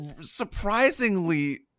surprisingly